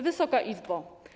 Wysoka Izbo!